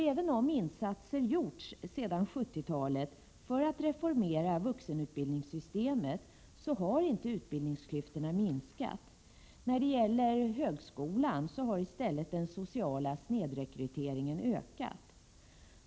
Även om insatser gjorts sedan 70-talet för att reformera vuxenutbildningssystemet, har inte utbildningsklyftorna minskat. När det gäller högskolan har istället den sociala snedrekryteringen ökat.